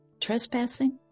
Trespassing